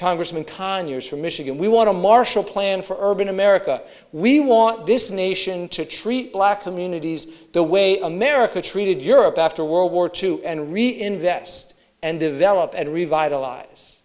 congressman conyers from michigan we want a marshall plan for urban america we want this nation to treat black communities the way america treated europe after world war two and reinvest and develop and revitalize